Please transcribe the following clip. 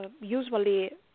usually